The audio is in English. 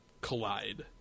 collide